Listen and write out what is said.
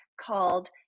called